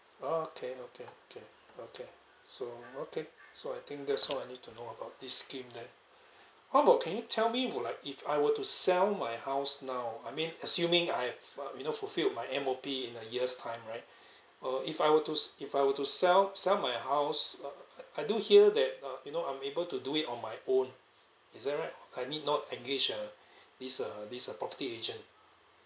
okay okay okay okay so okay so I think that's all I need to know about this scheme that how about can you tell me would like if I were to sell my house now I mean assuming I have uh you know fulfilled my M_O_P in a year time right uh if I were to if I were to sell sell my house uh I do hear that uh you know I'm able to do it on my own is that right I need not engage uh this uh this uh property agent